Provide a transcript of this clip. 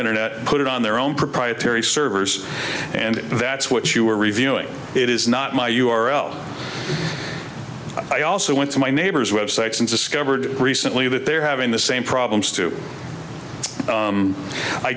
internet put it on their own proprietary servers and that's what you are reviewing it is not my u r l i also went to my neighbor's websites and discovered recently that they're having the same problems to